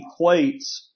equates